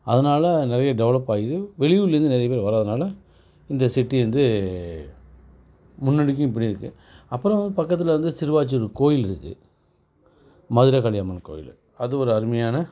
அதனால் நிறைய டெவலப்பாகிருக்கு வெளியூர்லேருந்து நிறைய பேர் வரதுனால் இந்த சிட்டி வந்து முன்னாடிக்கும் இப்படி இருக்குது அப்புறோம் பக்கத்தில் வந்து சிறுவாச்சூர் கோயில் இருக்குது மதுர காளியம்மன் கோயில் அது ஒரு அருமையான